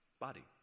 body